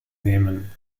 nehmen